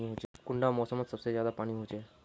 कुंडा मोसमोत सबसे ज्यादा पानी होचे?